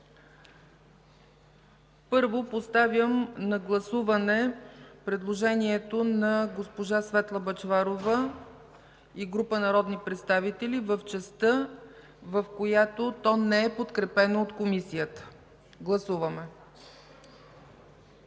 Първо поставям на гласуване предложението на госпожа Светла Бъчварова и група народни представители в частта, в която то не е подкрепено от Комисията. Гласуваме.